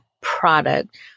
product